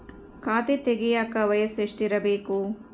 ಖಾತೆ ತೆಗೆಯಕ ವಯಸ್ಸು ಎಷ್ಟಿರಬೇಕು?